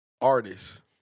artists